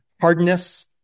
hardness